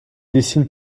dessine